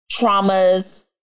traumas